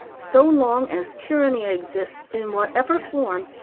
so long as tyranny exists, in whatever form,